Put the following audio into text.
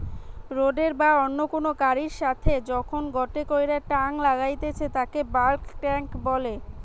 রোডের বা অন্য কুনু গাড়ির সাথে যখন গটে কইরা টাং লাগাইতেছে তাকে বাল্ক টেংক বলে